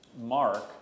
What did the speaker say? Mark